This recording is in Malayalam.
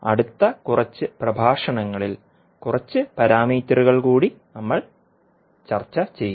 അടുത്ത കുറച്ച് പ്രഭാഷണങ്ങളിൽ കുറച്ച് പാരാമീറ്ററുകൾ കൂടി നമ്മൾ ചർച്ച ചെയ്യും